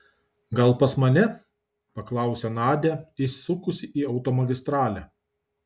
gal pas mane paklausė nadia įsukusi į automagistralę